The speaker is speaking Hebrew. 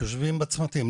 יושבים בצמתים,